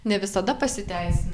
ne visada pasiteisin